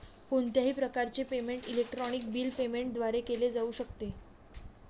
कोणत्याही प्रकारचे payment electronic bill payment द्वारे केले जाऊ शकते